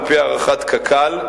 על-פי הערכת קק"ל,